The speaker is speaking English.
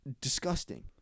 disgusting